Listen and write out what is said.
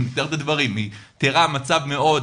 היא תיארה לדעתי מצב מאוד